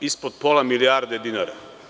ispod pola milijarde dinara.